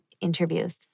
Interviews